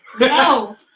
No